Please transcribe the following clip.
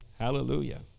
Hallelujah